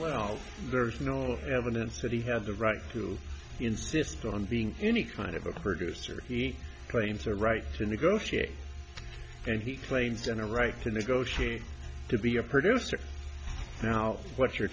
well there's no evidence that he had the right to insist on being any kind of a producer he claims a right to negotiate and he claims and a right to negotiate to be a producer now what you're